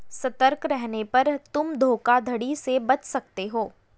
सतर्क रहने पर तुम धोखाधड़ी से बच सकते हो